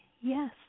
yes